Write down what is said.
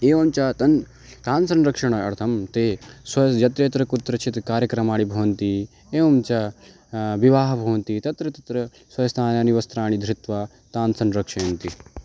एवञ्च तान् तान् संरक्षणार्थं ते स्वस्य यत्र यत्र कुत्रचित् कार्यक्रमाः भवन्ति एवञ्च विवाहाः भवन्ति तत्र तत्र स्वस्थानानि वस्त्राणि धृत्वा तान् संरक्षयन्ति